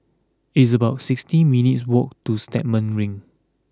it's about sixty minutes' walk to Stagmont Ring